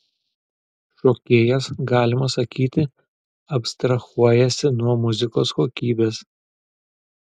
šokėjas galima sakyti abstrahuojasi nuo muzikos kokybės